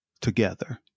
together